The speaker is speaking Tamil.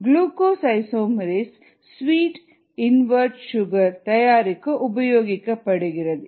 glucose isomerase sweet invert sugar தயாரிக்க உபயோகிக்கப்படுகிறது